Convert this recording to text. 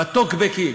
בטוקבקים,